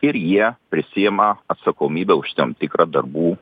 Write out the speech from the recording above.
ir jie prisiima atsakomybę už tam tikrą darbų